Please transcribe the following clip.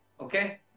Okay